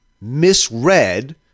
misread